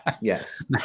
Yes